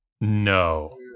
No